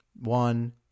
one